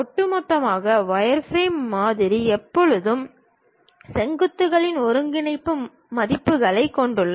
ஒட்டுமொத்தமாக வயர்ஃப்ரேம் மாதிரி எப்போதும் செங்குத்துகளின் ஒருங்கிணைப்பு மதிப்புகளைக் கொண்டுள்ளது